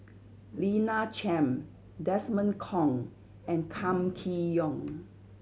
Lina Chiam Desmond Kon and Kam Kee Yong